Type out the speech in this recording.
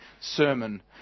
sermon